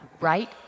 right